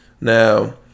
Now